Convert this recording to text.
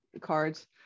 cards